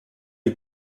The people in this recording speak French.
est